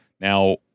now